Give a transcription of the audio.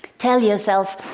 tell yourself,